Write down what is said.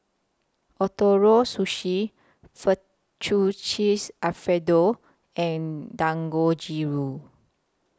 Ootoro Sushi Fettuccine Alfredo and Dangojiru